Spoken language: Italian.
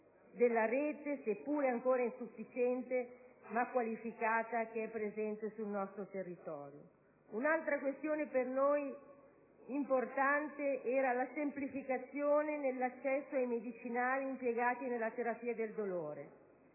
qualificata seppure ancora insufficiente, presente sul nostro territorio. Un'altra questione per noi importante era relativa alla semplificazione nell'accesso ai medicinali impiegati nella terapia del dolore.